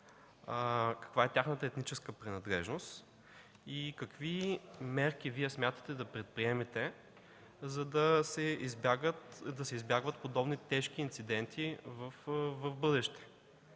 Каква е тяхната етническа принадлежност? Какви мерки смятате да предприемете, за да се избягват подобни тежки инциденти в бъдеще?